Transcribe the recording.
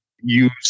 use